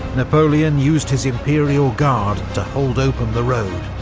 napoleon used his imperial guard to hold open the road,